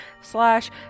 slash